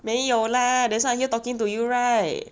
没有 lah that's why I'm here talking to you right